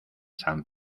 san